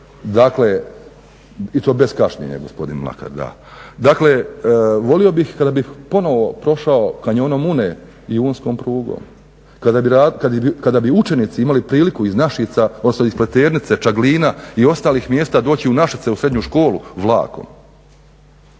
Dakle, i to bez kašnjenja gospodin Mlakar, da. Dakle, volio bih kada bih ponovo prošao kanjonom Une i unskom prugom, kada bi učenici imali priliku iz Našica odnosno iz Pleternice, Čaglina i ostalih mjesta doći u Našice u srednju školu vlakom.